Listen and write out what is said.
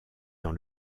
dans